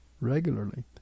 regularly